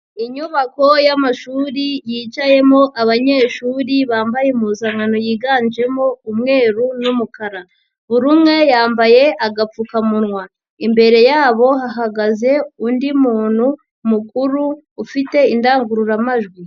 Inyubako y'amashuri yicayemo abanyeshuri bambaye impuzankano yiganjemo umweru n'umukara, buri umwe yambaye agapfukamunwa, imbere yabo hahagaze undi muntu mukuru ufite indangururamajwi.